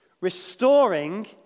Restoring